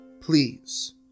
please